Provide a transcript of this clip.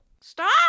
stop